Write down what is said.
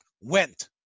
went